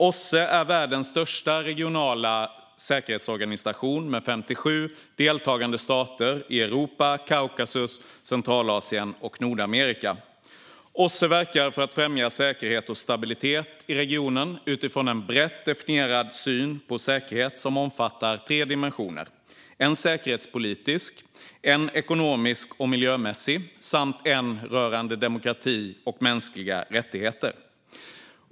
OSSE är världens största regionala säkerhetsorganisation med 57 deltagande stater i Europa, Kaukasus, Centralasien och Nordamerika. OSSE verkar för att främja säkerhet och stabilitet i regionen utifrån en brett definierad syn på säkerhet som omfattar tre dimensioner: en säkerhetspolitisk, en ekonomisk och miljömässig samt en rörande demokrati och mänskliga rättigheter.